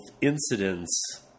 incidents